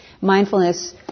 Mindfulness